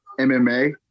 MMA